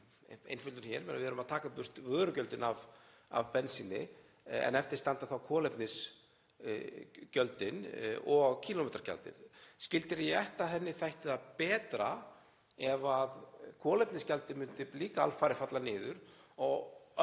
einföldun, að taka burt vörugjöldin af bensíni en eftir standa þá kolefnisgjöldin og kílómetragjaldið. Skildi ég rétt að henni þætti það betra ef kolefnisgjaldið myndi líka alfarið falla niður og öll